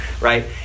right